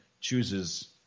chooses